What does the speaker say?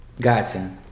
Gotcha